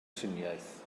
triniaeth